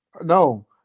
No